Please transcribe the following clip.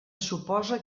suposa